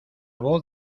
voz